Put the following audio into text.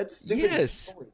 yes